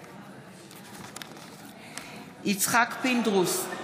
בעד יצחק פינדרוס,